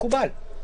מקובל.